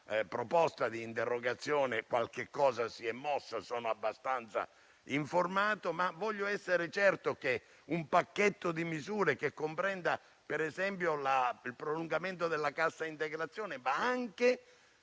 proposta di interrogazione, qualcosa si è mosso - sono abbastanza informato - ma voglio essere certo che un pacchetto di misure che comprenda ad esempio il prolungamento della cassa integrazione, ma anche